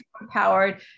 empowered